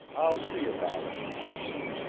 i'll see about it, i said.